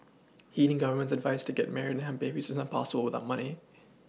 heeding government's advice to get married and have babies is not possible without money